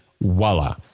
Voila